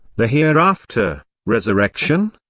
the hereafter, resurrection,